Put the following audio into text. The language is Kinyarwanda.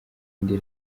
ndi